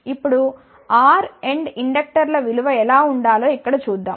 ఇప్పుడు R and ఇండక్టర్ల విలువ ఎలా ఉండాలో ఇక్కడ చూద్దాం